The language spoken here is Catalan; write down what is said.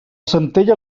centella